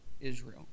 Israel